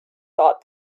thought